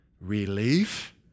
Relief